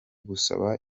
gusaba